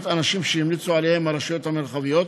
אנשים שהמליצו עליהם הרשויות המרחביות,